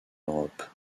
europe